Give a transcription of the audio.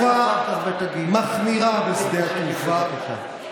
חבר הכנסת מלכיאלי,